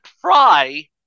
Fry